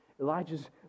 Elijah's